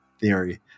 theory